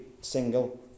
single